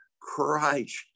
Christ